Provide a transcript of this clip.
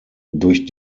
durch